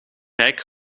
rijk